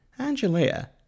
Angelia